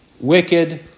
wicked